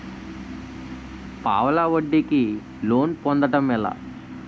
పావలా వడ్డీ కి లోన్ పొందటం ఎలా?